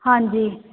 ਹਾਂਜੀ